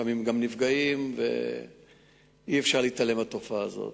לפעמים גם נפגעים, ואי-אפשר להתעלם מהתופעה הזאת.